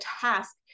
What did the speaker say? task